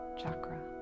chakra